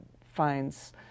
finds